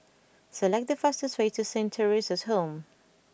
select the fastest way to Saint Theresa's Home